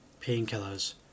Painkillers